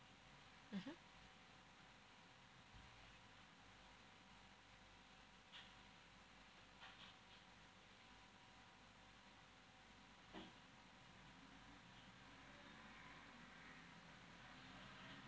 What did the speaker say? mmhmm